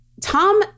Tom